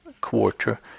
quarter